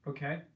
Okay